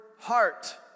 heart